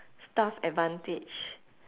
staff advantage